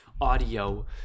audio